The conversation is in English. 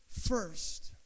first